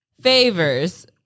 favors